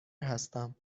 هستم